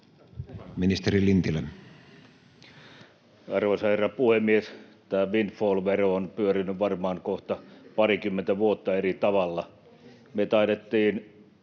Content: Arvoisa herra puhemies! Tämä windfall-vero on pyörinyt varmaan kohta parikymmentä vuotta eri tavalla. Jos muistan